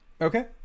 okay